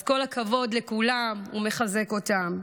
אז כל הכבוד לכולם", הוא מחזק אותם,